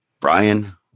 Brian